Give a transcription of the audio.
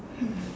hmm